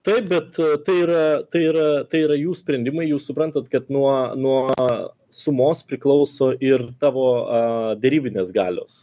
taip bet tai yra tai yra tai yra jų sprendimai jūs suprantat kad nuo nuo sumos priklauso ir tavo a derybinės galios